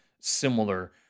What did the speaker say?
similar